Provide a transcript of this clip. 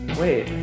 wait